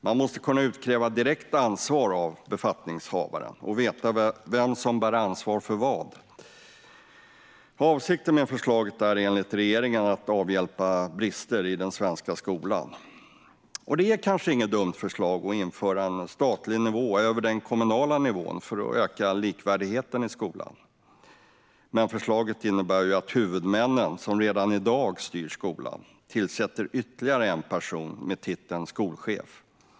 Man måste kunna utkräva direkt ansvar av befattningshavaren och veta vem som bär ansvar för vad. Avsikten med förslaget är enligt regeringen att avhjälpa brister i den svenska skolan. Det är kanske inget dumt förslag att införa en statlig nivå över den kommunala nivån, för att öka likvärdigheten i skolan, men förslaget innebär att huvudmännen, som redan i dag styr skolan, tillsätter ytterligare en person med titeln skolchef.